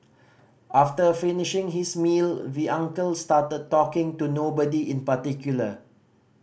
after finishing his meal we uncle started talking to nobody in particular